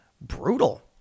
brutal